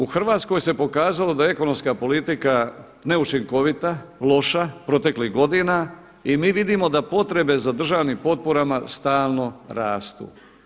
U Hrvatskoj se pokazalo da je ekonomska politika neučinkovita, loša proteklih godina i mi vidimo da potrebe za državnim potporama stalno rastu.